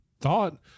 thought